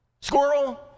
Squirrel